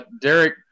Derek